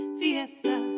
fiesta